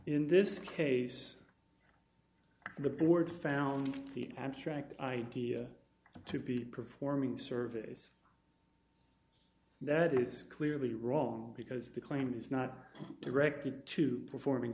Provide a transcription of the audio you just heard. in this case the board found the abstract idea to be performing surveys that is clearly wrong because the claim is not directed to performing